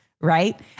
Right